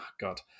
God